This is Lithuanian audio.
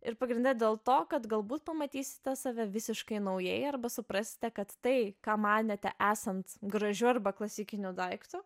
ir pagrinde dėl to kad galbūt pamatysite save visiškai naujai arba suprasite kad tai ką manėte esant gražiu arba klasikiniu daiktu